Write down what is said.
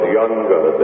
younger